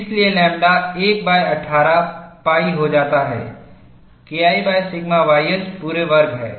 इसलिए lambda 118 pi हो जाता है KI सिग्मा ys पूरे वर्ग है